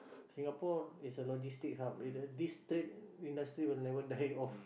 Singapore is a logistic hub this trade industry will never die off